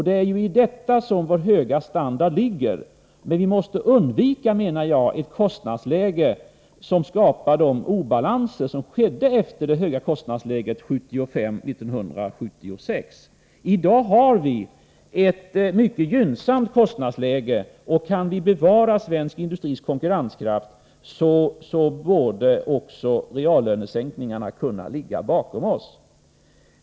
Det är i detta som vår höga standard ligger, men vi måste, menar jag, undvika ett kostnadsläge som skapar de obalanser som vi fick som en följd av det höga kostnadsläget 1975-1976. I dag har vi ett mycket gynnsamt kostnadsläge, och kan vi bevara svensk industris konkurrenskraft borde också reallönesänkningarna kunna ligga bakom oss.